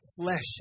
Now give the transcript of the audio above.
flesh